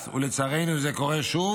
ולצערנו זה קורה שוב,